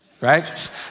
right